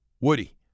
Woody